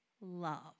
love